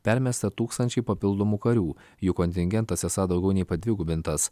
permesta tūkstančiai papildomų karių jų kontingentas esą daugiau nei padvigubintas